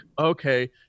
okay